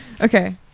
okay